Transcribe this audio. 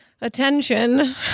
Attention